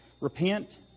Repent